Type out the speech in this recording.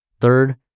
Third